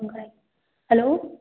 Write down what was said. hello